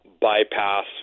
bypass